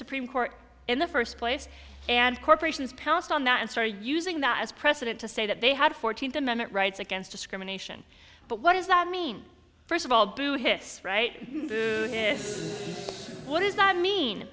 supreme court in the first place and corporations pounced on that answer using that as president to say that they had fourteenth amendment rights against discrimination but what does that mean first of all boo hiss right what does not mean